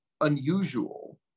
unusual